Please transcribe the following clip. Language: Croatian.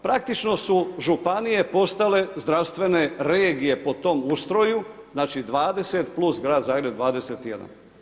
Praktično su županije postale zdravstvene regije po tom ustroju, znači 20+ Grad Zagreb 21.